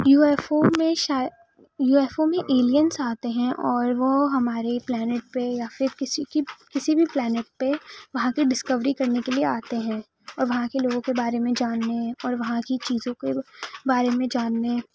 you F O میں you F O میں aliens آتے ہیں اور وہ ہمارے پلینیٹ پہ یا پھر کسی کی کسی بھی پلینیٹ پہ وہاں کے ڈسکوری کرنے کے لئے آتے ہیں اور وہاں کے لوگوں کے بارے میں جاننے اور وہاں کی چیزوں کے بارے میں جاننے